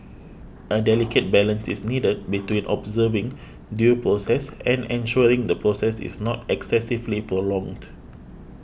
a delicate balance is needed between observing due process and ensuring the process is not excessively prolonged